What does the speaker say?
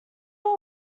were